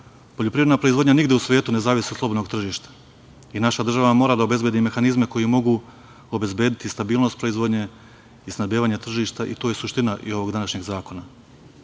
vrste. Poljoprivreda proizvodnja nigde u svetu ne zavisi od slobodnog tržišta i naša država mora da obezbedi mehanizme koji mogu obezbediti stabilnost proizvodnje i snabdevanja tržišta i to je suština i ovog današnjeg